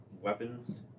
weapons